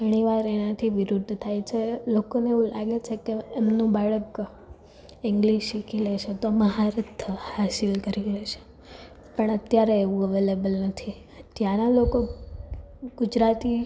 ઘણી વાર એનાથી વિરુદ્ધ થાય છે લોકોને એવું લાગે છે કે એમનું બાળક ઇંગ્લિસ શીખી લેશે તો મહારથ હાંસલ કરી લેશે પણ અત્યારે એવું અવેલેબલ નથી ત્યાંના લોકો ગુજરાતી